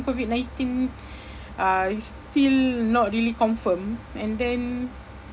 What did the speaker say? COVID nineteen uh is still not really confirmed and then